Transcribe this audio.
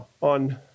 on